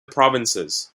provinces